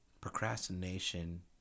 procrastination